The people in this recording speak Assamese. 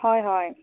হয় হয়